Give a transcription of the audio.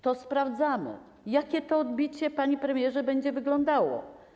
To sprawdźmy, jak to odbicie, panie premierze, będzie wyglądało.